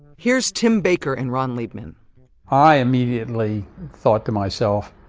here's tim baker and ron liebman i immediately thought to myself,